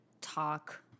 talk